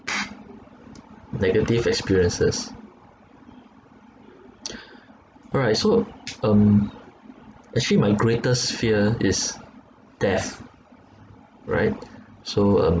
negative experiences all right so um actually my greatest fear is death right so um